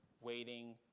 waiting